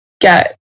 get